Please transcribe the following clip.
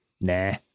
Nah